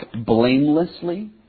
blamelessly